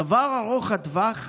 הדבר ארוך הטווח,